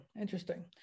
Interesting